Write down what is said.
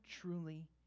truly